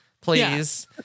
please